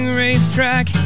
racetrack